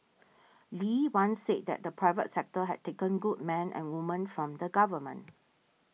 Lee once said that the private sector had taken good men and women from the government